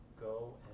go